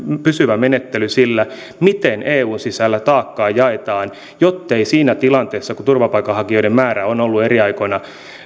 pysyvä menettely sille miten eun sisällä taakkaa jaetaan jottei siinä tilanteessa kun turvapaikanhakijoiden määrä on eri aikoina